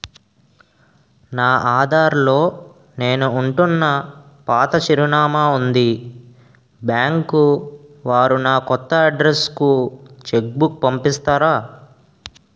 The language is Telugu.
నా ఆధార్ లో నేను ఉంటున్న పాత చిరునామా వుంది బ్యాంకు వారు నా కొత్త అడ్రెస్ కు చెక్ బుక్ పంపిస్తారా?